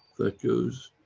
that goes,